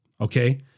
Okay